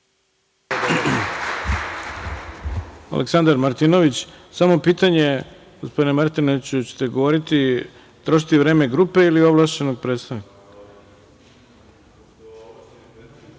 Aleksandar Martinović. Samo pitanje, gospodine Martinoviću, hoćete govoriti, trošiti vreme grupe ili ovlašćenog predstavnika?